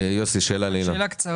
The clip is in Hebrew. יוסי, שאלה לאילן.